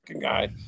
guy